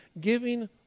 Giving